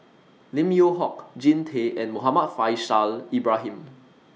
Lim Yew Hock Jean Tay and Muhammad Faishal Ibrahim